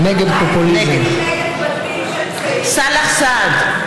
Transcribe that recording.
נגד סאלח סעד,